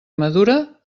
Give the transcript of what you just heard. madura